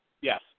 yes